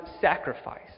sacrifice